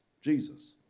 Jesus